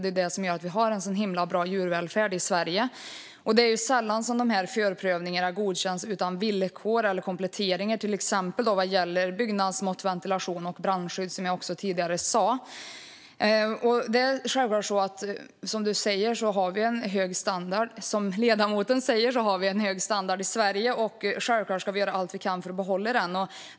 Det är det som gör att vi har en sådan himla bra djurvälfärd i Sverige. Det är sällan de här förprövningarna godkänns utan villkor eller kompletteringar vad gäller till exempel byggnadsmått, ventilation eller brandskydd, som jag sa tidigare. Som ledamoten säger har vi en hög standard i Sverige, och vi ska självklart göra allt vi kan för att behålla den.